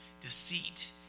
deceit